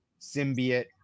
symbiote